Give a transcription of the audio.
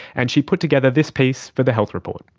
and she put together this piece for the health report.